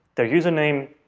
their username,